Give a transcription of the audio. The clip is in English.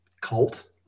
cult